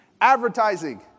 Advertising